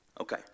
Okay